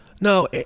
No